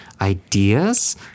ideas